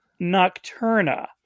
Nocturna